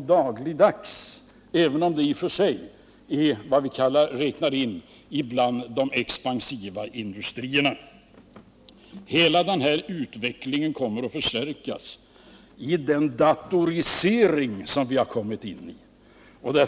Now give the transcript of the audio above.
dagligdags, även om det gäller sådana företag som vi räknar in bland de expansiva industribranscherna. Hela denna utveckling kommer att förstärkas genom den datorisering som vi har kommit in i.